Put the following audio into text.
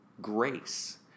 grace